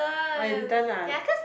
oh you didn't ah